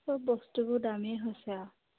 সব বস্তুবোৰ দামেই হৈছে আৰু